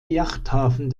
yachthafen